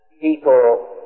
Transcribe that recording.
people